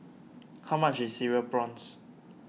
how much is Cereal Prawns